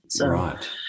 Right